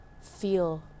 feel